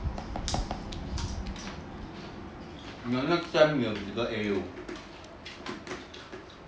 你的这个 sem 有几个 A_U